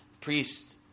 priest